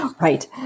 Right